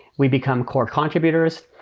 we become core contributors.